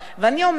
ואני אומרת,